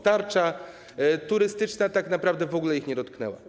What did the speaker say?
Tarcza turystyczna tak naprawdę w ogóle ich nie dotknęła.